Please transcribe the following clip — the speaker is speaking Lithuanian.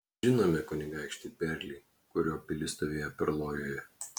žinome kunigaikštį perlį kurio pilis stovėjo perlojoje